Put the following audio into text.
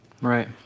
Right